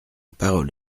parole